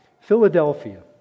Philadelphia